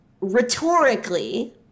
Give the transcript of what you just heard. rhetorically